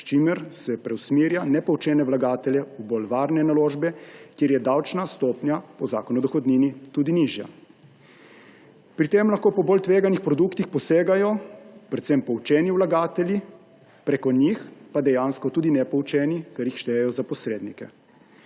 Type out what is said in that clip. s čimer se preusmerja nepoučene vlagatelje v bolj varne naložbe, kjer je davčna stopnja po Zakonu o dohodnini tudi nižja. Pri tem lahko po bolj tveganih produktih posegajo predvsem poučeni vlagatelji, prek njih pa dejansko tudi nepoučeni, ker jih štejejo za posrednike.